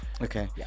okay